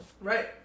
Right